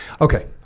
okay